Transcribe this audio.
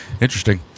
Interesting